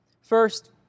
First